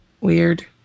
Weird